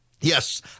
Yes